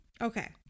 Okay